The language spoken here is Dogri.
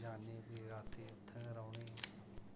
जान्नी प्ही रातीं उत्थें गै रौह्नी